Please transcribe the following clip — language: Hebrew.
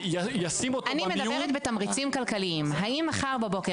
ישים אותו במיון -- אני מדברת בתמריצים כלכליים: האם מחר בבוקר